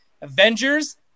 Avengers